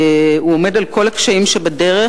הוא עומד על כל הקשיים שבדרך,